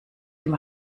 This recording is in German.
dem